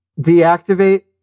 deactivate